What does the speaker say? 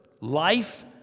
life